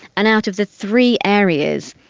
and out of the three areas,